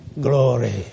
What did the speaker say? glory